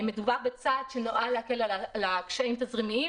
מדובר בצעד שנועד להקל על הקשיים התזרימיים